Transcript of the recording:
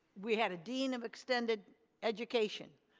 we had a dean of extended education.